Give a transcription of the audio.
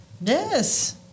Yes